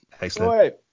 excellent